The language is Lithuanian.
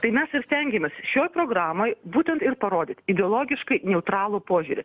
tai mes ir stengėmės šioj programoj būtent ir parodyt ideologiškai neutralų požiūrį